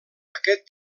aquest